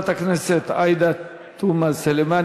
חברת הכנסת עאידה תומא סלימאן,